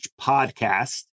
Podcast